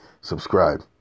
subscribe